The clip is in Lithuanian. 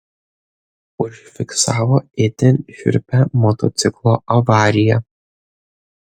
užfiksavo itin šiurpią motociklo avariją